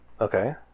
Okay